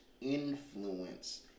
influence